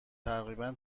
تقریبا